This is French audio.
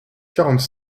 quarante